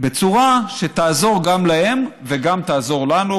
בצורה שתעזור גם להם וגם תעזור לנו,